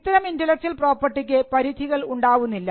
ഇത്തരം ഇന്റെലക്ച്വൽ പ്രോപ്പർട്ടിക്ക് പരിധികൾ ഉണ്ടാകുന്നില്ല